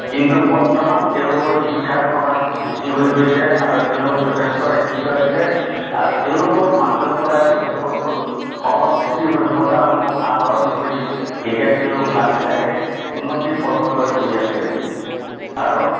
কিন্তু বৰ্তমান তেওঁলোকৰ শিক্ষাৰ প্ৰসাৰটো বেছি হৈ গৈছে আৰু তেওঁলোক যথেষ্ট শিক্ষিত হৈছে আৰু তেওঁলোকৰ মাজৰপৰাই তেওঁলোকৰ সংস্কৃতি সভ্যতাসমূহ আহৰণ কৰি এতিয়া তেওঁলোক লাহে লাহে উন্নতিৰ পথলৈ গৈ আছে আৰু